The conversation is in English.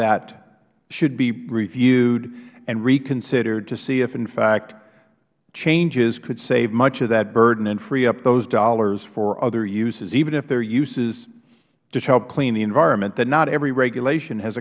that should be reviewed and reconsidered to see if in fact changes could save much of that burden and free up those dollars for other uses even if they are uses to help clean the environment that not every regulation has